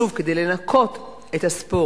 שוב, כדי לנקות את הספורט.